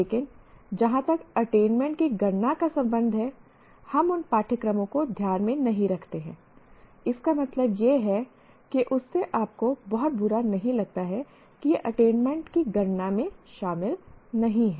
लेकिन जहां तक अटेनमेंट की गणना का संबंध है हम उन पाठ्यक्रमों को ध्यान में नहीं रखते हैं इसका मतलब यह है कि उससे आपको बहुत बुरा नहीं लगता है कि यह अटेनमेंट की गणना में शामिल नहीं है